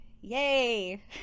Yay